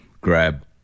grab